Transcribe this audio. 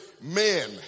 men